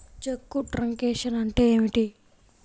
చెక్కు truncation అంటే ఏమిటి?